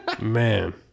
Man